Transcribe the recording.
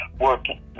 working